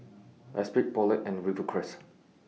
Esprit Poulet and Rivercrest